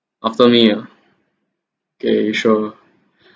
after me ya okay sure